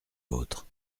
autres